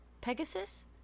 Pegasus